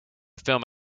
film